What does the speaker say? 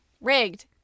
Rigged